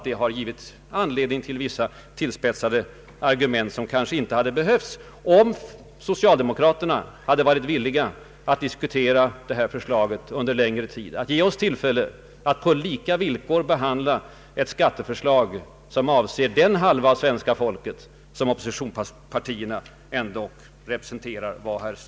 Detta har givit anledning till ibland tillspetsad argumentering, som kanske inte hade behövts om socialdemokraterna hade varit villiga att diskutera förslag med oss och givit oss tillfälle att på lika villkor behandla skatteförslaget. Det berör dock även den halva av svenska folket som oppositionspartierna representerar.